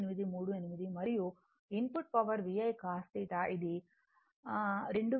9838 మరియు input power VI cos θ ఇది 2198